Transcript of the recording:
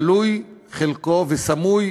גלוי בחלקו וסמוי